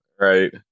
right